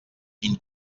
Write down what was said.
quin